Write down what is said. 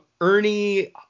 Ernie